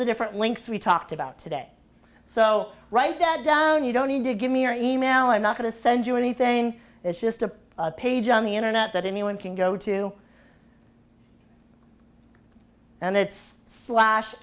the different links we talked about today so write that down you don't need to give me your email i'm not going to send you anything it's just a page on the internet that anyone can go to and it's slash